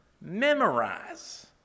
memorize